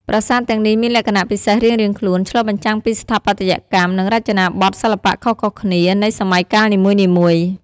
ប្រាសាទទាំងនេះមានលក្ខណៈពិសេសរៀងៗខ្លួន ឆ្លុះបញ្ចាំងពីស្ថាបត្យកម្ម និងរចនាបថសិល្បៈខុសៗគ្នានៃសម័យកាលនីមួយៗ។